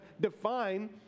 define